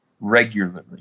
regularly